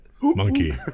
Monkey